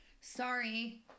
Sorry